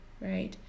right